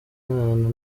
abantu